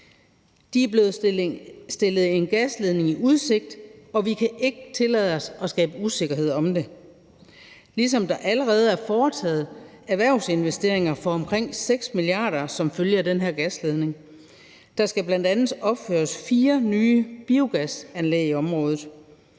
De er blevet stillet en gasledning i udsigt, og vi kan ikke tillade os at skabe usikkerhed om det, ligesom der allerede er foretaget erhvervsinvesteringer for omkring 6 mia. kr. som følge af den her gasledning. Der skal bl.a. opføres fire nye biogasanlæg i området.